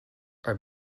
are